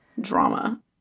Drama